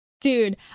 dude